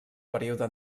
període